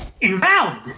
invalid